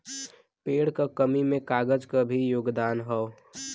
पेड़ क कमी में कागज क भी योगदान हौ